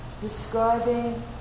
describing